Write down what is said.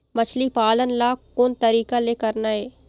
मछली पालन ला कोन तरीका ले करना ये?